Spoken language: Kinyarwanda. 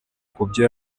kubyo